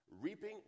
reaping